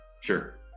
Sure